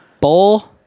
Bowl